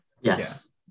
Yes